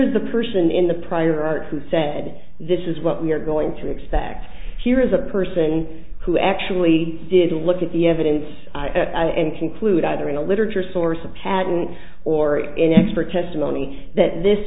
's the person in the prior art who said this is what we're going to expect here is a person who actually did look at the evidence and conclude either in the literature source of patent or in expert testimony that this